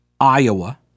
Iowa